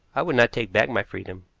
i would not take back my freedom.